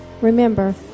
Remember